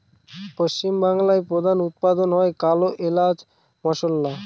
পশ্চিম বাংলায় প্রধান উৎপাদন হয় কালো এলাচ মসলা